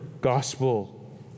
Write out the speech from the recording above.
gospel